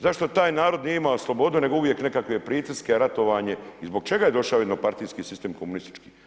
Zašto taj narod nije imao slobodu nego uvijek nekakve pritiske, ratovanje i zbog čega je došao jednopartijski sistem komunistički?